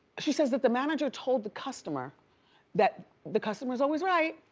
she says that the manager told the customer that the customer's always right.